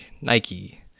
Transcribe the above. Nike